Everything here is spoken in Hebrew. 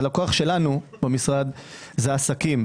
הלקוח שלנו במשרד זה עסקים.